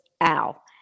Al